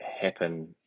happen